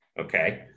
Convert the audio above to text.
Okay